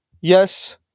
Yes